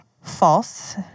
false